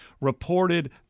reported